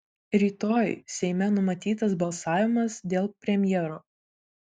rytoj seime numatytas balsavimas dėl premjero